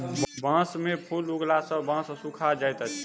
बांस में फूल उगला सॅ बांस सूखा जाइत अछि